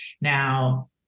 Now